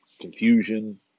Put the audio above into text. confusion